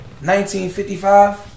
1955